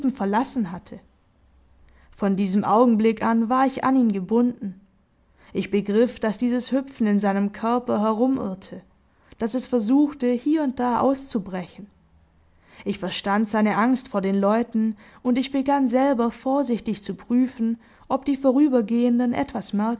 verlassen hatte von diesem augenblick an war ich an ihn gebunden ich begriff daß dieses hüpfen in seinem körper herumirrte daß es versuchte hier und da auszubrechen ich verstand seine angst vor den leuten und ich begann selber vorsichtig zu prüfen ob die vorübergehenden etwas